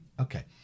Okay